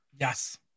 yes